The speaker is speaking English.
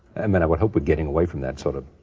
i mean, i would hope we're getting away from that sort of,